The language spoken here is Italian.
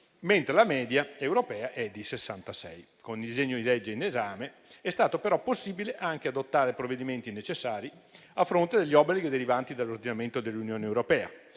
mentre la media europea è di 66. Con il disegno di legge in esame è stato però possibile anche adottare provvedimenti necessari a fronte degli obblighi derivanti dall'ordinamento dell'Unione europea